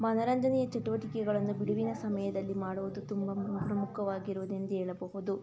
ಮನರಂಜನೆಯ ಚಟುವಟಿಕೆಗಳನ್ನು ಬಿಡುವಿನ ಸಮಯದಲ್ಲಿ ಮಾಡುವುದು ತುಂಬ ಮು ಪ್ರಮುಖವಾಗಿರುವುದೆಂದು ಹೇಳಬಹುದು